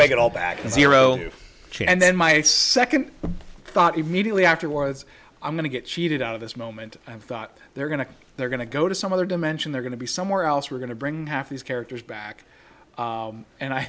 make it all back in zero chain and then my second thought immediately afterwards i'm going to get cheated out of this moment i thought they're going to they're going to go to some other dimension they're going to be somewhere else we're going to bring half these characters back and i